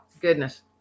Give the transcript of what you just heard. goodness